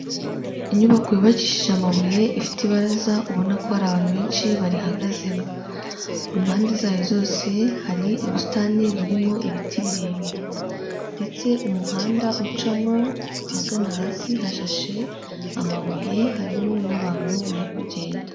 Inyubako yubakishije amabuye ifite ibaraza, ubona ko hari abantu benshi barihagazemo, ku mpande zayo zose hari ubusitani burimo ibiti birebire ndetse umuhanda ucamo ahagana hasi hashashe amabuye, harimo n'abantu bari kugenda.